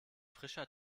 frischer